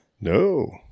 No